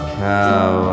cow